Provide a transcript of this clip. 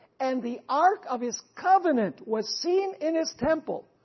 and the ark of his covenant was seen in his temple,